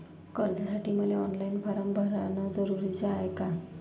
कर्जासाठी मले online form भरन जरुरीच हाय का?